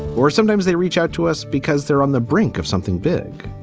or sometimes they reach out to us because they're on the brink of something big.